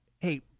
hey